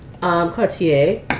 Cartier